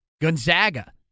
Gonzaga